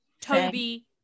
Toby